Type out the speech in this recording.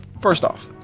first off,